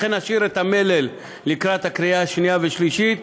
לכן נשאיר את המלל לקראת קריאה שנייה ושלישית,